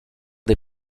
des